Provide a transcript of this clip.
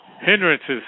Hindrances